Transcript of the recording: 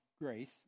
grace